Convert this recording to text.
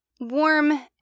warm